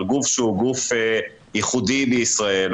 על גוף שהוא גוף ייחודי בישראל,